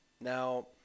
now